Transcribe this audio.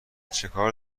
چکار